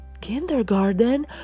Kindergarten